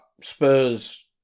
Spurs